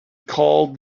called